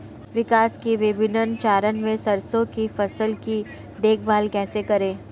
विकास के विभिन्न चरणों में सरसों की फसल की देखभाल कैसे करें?